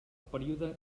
període